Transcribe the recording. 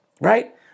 right